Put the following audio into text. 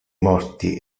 morti